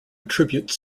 attribute